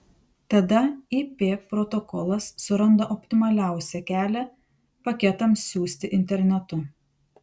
tada ip protokolas suranda optimaliausią kelią paketams siųsti internetu